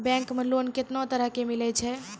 Bank मे loan कैतना तरह के मिलै छै?